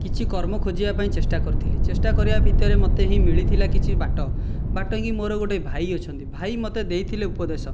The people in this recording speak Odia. କିଛି କର୍ମ ଖୋଜିବା ପାଇଁ ଚେଷ୍ଟା କରିଥିଲି ଚେଷ୍ଟା କରିବା ଭିତରେ ମୋତେ ହିଁ ମିଳିଥିଲା କିଛି ବାଟ ବାଟ ହିଁ ମୋ'ର ଗୋଟିଏ ଭାଇ ଅଛନ୍ତି ଭାଇ ମୋତେ ଦେଇଥିଲେ ଉପଦେଶ